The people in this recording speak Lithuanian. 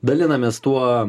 dalinamės tuo